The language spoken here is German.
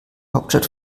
hauptstadt